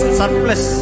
surplus